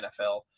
NFL